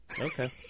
Okay